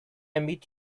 meet